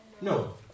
No